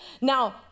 Now